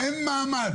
מעבר